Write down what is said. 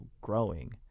growing